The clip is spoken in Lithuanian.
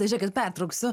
žiūrėkit pertrauksiu